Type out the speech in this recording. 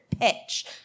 pitch